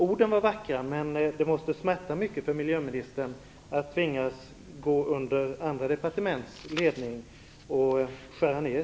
Orden var vackra men det måste smärta mycket för miljöministern att tvingas gå under andra departements ledning och skära ned.